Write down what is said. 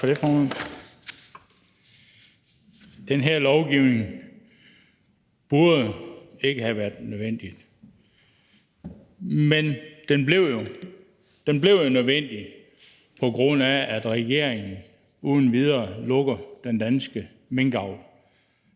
Den her lovgivning burde ikke have været nødvendig, men den blev jo nødvendig, på grund af at regeringen uden videre lukkede den danske minkavl.